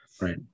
Right